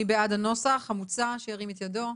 מי בעד הנוסח המוצע שירים את ידו.